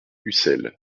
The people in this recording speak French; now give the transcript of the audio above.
ucel